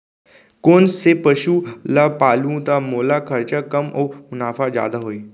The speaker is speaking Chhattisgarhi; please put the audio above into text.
कोन से पसु ला पालहूँ त मोला खरचा कम अऊ मुनाफा जादा होही?